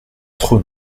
trop